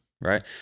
right